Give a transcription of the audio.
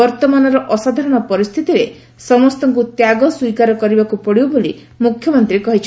ବର୍ଭମାନର ଅସାଧାରଣ ପରିସ୍ତିତିରେ ସମସ୍ତଙ୍କୁ ତ୍ୟାଗ ସ୍ୱୀକାର କରିବାକୁ ପଡିବ ବୋଲି ମୁଖ୍ୟମନ୍ତୀ କହିଛନ୍ତି